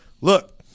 Look